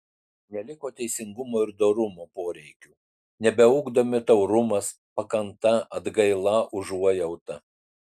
neliko teisingumo ir dorumo poreikių nebeugdomi taurumas pakanta atgaila užuojauta